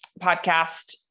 podcast